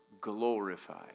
glorified